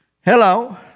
Hello